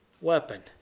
weapon